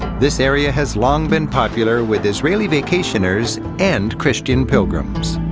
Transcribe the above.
this area has long been popular with israeli vacationers and christian pilgrims.